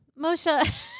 Moshe